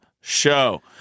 show